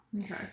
Okay